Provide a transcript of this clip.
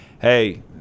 hey